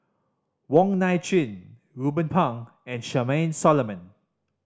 Wong Nai Chin Ruben Pang and Charmaine Solomon